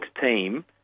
team